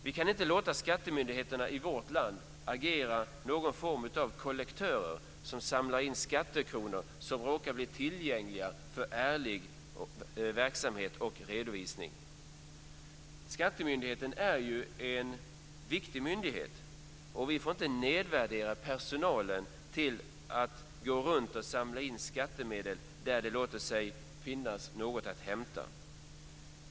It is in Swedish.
Vi kan inte låta skattemyndigheterna i vårt land agera som upptagare av kollekt genom att samla in skattekronor som råkar bli tillgängliga för ärlig verksamhet och redovisning. Skattemyndigheten är ju en viktig myndighet, och vi får inte nedvärdera dess personal genom att låta denna gå runt och samla in skattemedel där det finns något att hämta.